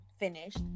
finished